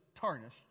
tarnished